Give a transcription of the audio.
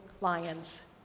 lions